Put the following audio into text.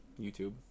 YouTube